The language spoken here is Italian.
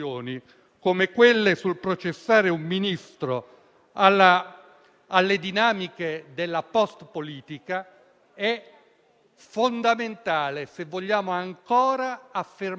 come si vuole, si può cambiare una maggioranza, ma almeno quei senatori che facevano parte della precedente maggioranza non dovrebbero cambiare idea